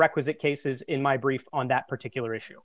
requisite cases in my brief on that particular issue